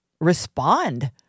respond